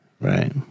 Right